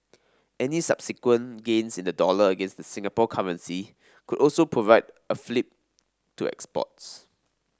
any subsequent gains in the dollar against the Singapore currency could also provide a fillip to exports